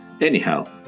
anyhow